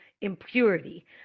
impurity